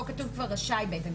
פה כתוב כבר "רשאי בית המשפט",